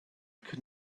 could